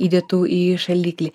įdėtų į šaldiklį